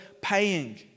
paying